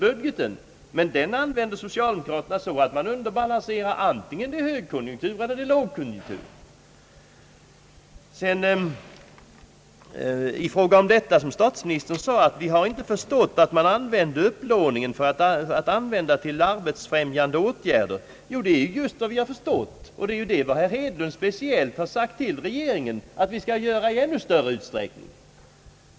Socialdemokraterna använder den emellertid så att man underbalanserar, oavsett om det är högkonjunktur eller lågkonjunktur. Statsministern sade, att vi inte har förstått att man använder upplåningen till arbetsfrämjande åtgärder. Jo, det är just vad vi har förstått — det är just vad herr Hedlund sagt till regeringen att vi bör göra i ännu större utsträckning.